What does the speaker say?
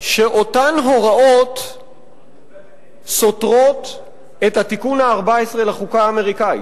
שאותן הוראות סותרות את התיקון ה-14 לחוקה האמריקנית,